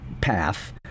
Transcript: path